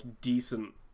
decent –